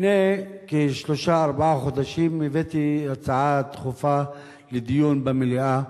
לפני שלושה-ארבעה חודשים הבאתי הצעה דחופה לדיון במליאה.